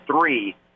three